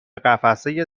قفسه